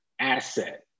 asset